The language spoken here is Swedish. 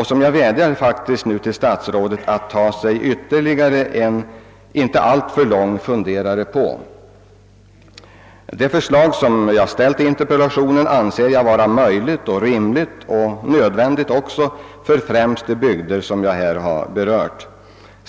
och som jag nu faktiskt väd jar till statsrådet att ta sig ytterligare en inte alltför lång funderare på. Det förslag som jag framförde i interpellationen anser jag vara möjligt och rimligt att genomföra — och även nödvändigt! — för främst de bygder som jag här har berört.